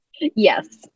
Yes